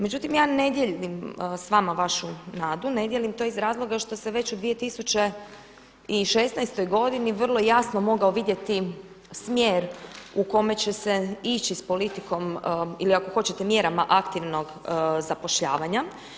Međutim, ja ne dijelim s vama vašu nadu, ne dijelim to iz razloga što se već u 2016. godini vrlo jasno mogao vidjeti smjer u kome će se ići s politikom ili ako hoćete mjerama aktivnog zapošljavanja.